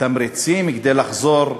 תמריצים כדי שיחזור: